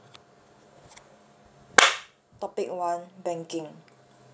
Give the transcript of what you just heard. topic one banking